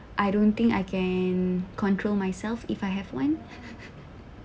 I don't think I can control myself if I have one